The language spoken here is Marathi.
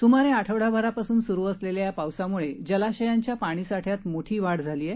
सुमारे आठवडाभरापासून सुरू असलेल्या या पावसामुळे जलाशयांच्या पाणी साठ्यात मोठी वाढ झाली आहे